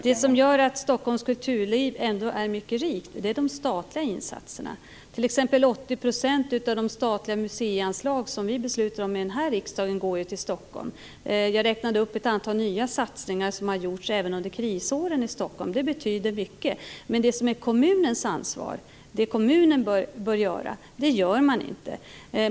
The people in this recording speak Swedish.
Herr talman! Det som gör att Stockholms kulturliv ändå är mycket rikt är de statliga insatserna. Exempelvis går 80 % av de statliga museianslag som vi beslutar om här i riksdagen till Stockholm. Jag räknade upp ett antal nya satsningar som har gjorts även under krisåren i Stockholm. Det betyder mycket. Men det som är kommunens ansvar, det kommunen bör göra, gör man inte.